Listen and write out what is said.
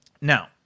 Now